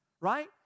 right